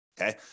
okay